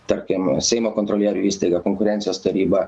tarkim seimo kontrolierių įstaiga konkurencijos taryba